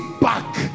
back